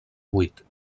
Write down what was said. vuit